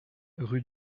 rue